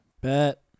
Bet